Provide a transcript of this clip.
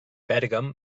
pèrgam